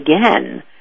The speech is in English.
again